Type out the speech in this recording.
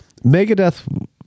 Megadeth